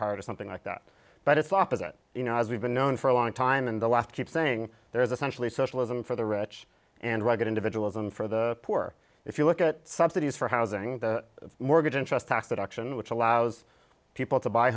hard or something like that but it's the opposite you know as we've been known for a long time in the last keep saying there is essentially socialism for the rich and rugged individuals and for the poor if you look at subsidies for housing the mortgage interest tax deduction which allows people to buy